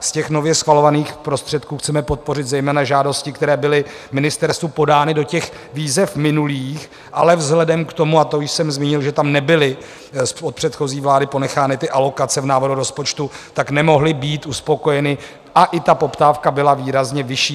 Z nově schvalovaných prostředků chceme podpořit zejména žádosti, které byly ministerstvu podány do výzev minulých, ale vzhledem k tomu, a to jsem zmínil, že tam nebyly od předchozí vlády ponechány alokace v návrhu rozpočtu, nemohly být uspokojeny a i poptávka byla výrazně vyšší.